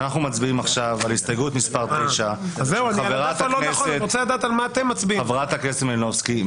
אנחנו מצביעים עכשיו על הסתייגות מס' 9 של חברת הכנסת מלינובסקי,